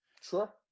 Sure